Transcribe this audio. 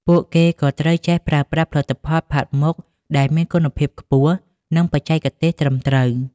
ពួកគេក៏ត្រូវចេះប្រើប្រាស់ផលិតផលផាត់មុខដែលមានគុណភាពខ្ពស់ និងបច្ចេកទេសត្រឹមត្រូវ។